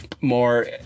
more